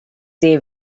they